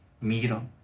miro